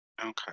Okay